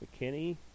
McKinney